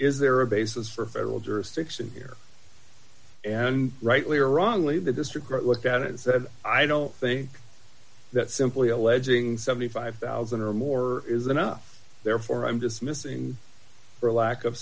is there a basis for federal jurisdiction here and rightly or wrongly the district great looked at it and said i don't think that simply alleging seventy five thousand or more is enough therefore i'm dismissing for lack of